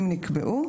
אם נקבעו,